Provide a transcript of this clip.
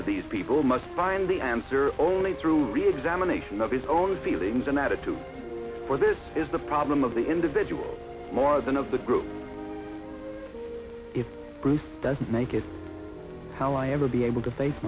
of these people must find the answer only through reexamination of his own feelings and attitudes or this is the problem of the individual more than of the group if bruce doesn't make it how i ever be able to face